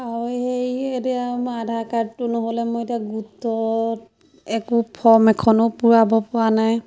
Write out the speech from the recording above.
আৰু সেই এতিয়া মোৰ আধাৰ কাৰ্ডটো নহ'লে মই এতিয়া গোটৰ একো ফৰ্ম এখনো পূৰাব পৰা নাই